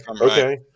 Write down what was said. Okay